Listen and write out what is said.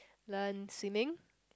learn swimming